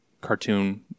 cartoon